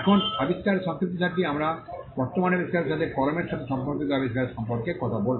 এখন আবিষ্কারের সংক্ষিপ্তসারটি আমরা বর্তমান আবিষ্কারের সাথে কলমের সাথে সম্পর্কিত আবিষ্কার সম্পর্কে কথা বলব